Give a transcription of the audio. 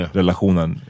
relationen